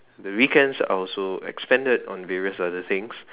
the weekends are also expanded on various other things